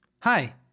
Hi